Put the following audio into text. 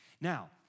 Now